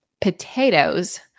potatoes